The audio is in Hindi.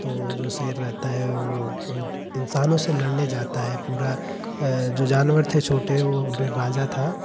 तो जो शेर रहता है वह उन इंसानों से लड़ने जाता है पूरा जो जानवर थे छोटे वह उनमें राजा था